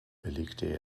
belegte